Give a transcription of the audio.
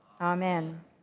Amen